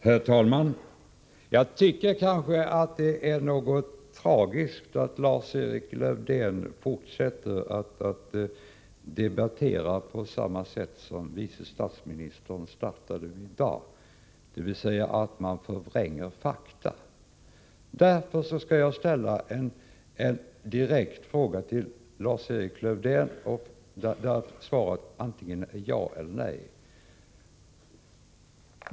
Herr talman! Jag tycker kanske det är något tragiskt att Lars-Erik Lövdén fortsätter att debattera på samma sätt som vice statsministern startade med att göra i dag, dvs. förvränga fakta. Därför skall jag ställa en direkt fråga till Lars-Erik Lövdén där svaret måste bli antingen ja eller nej.